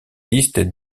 listes